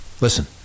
Listen